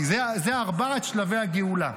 אלה ארבעת שלבי הגאולה: